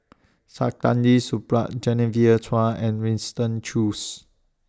Saktiandi Supaat Genevieve Chua and Winston Choos